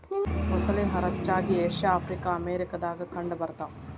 ಮೊಸಳಿ ಹರಚ್ಚಾಗಿ Asia Africa America ದಾಗ ಕಂಡ ಬರತಾವ